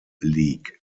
league